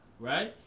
right